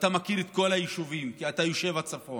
ואתה מכיר את כל היישובים כי אתה תושב הצפון,